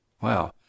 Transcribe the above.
Wow